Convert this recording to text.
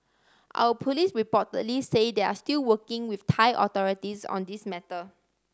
our police reportedly say they are still working with Thai authorities on this matter